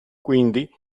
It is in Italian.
quindi